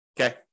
Okay